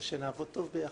ושנעבוד טוב ביחד.